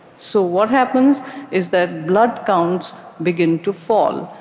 so what happens is that blood counts begin to fall,